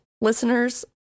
listeners